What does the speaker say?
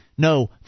No